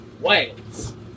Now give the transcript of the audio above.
Wales